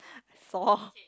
saw